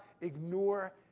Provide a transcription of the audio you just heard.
ignore